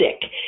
sick